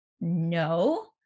No